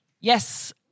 Yes